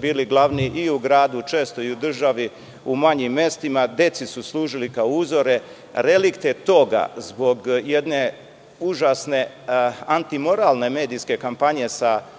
bili glavni i u gradu, često i u državi u manjim mestima, deci su služili kao uzor. Relikte toga zbog jedne užasne antimoralne medijske kampanje sa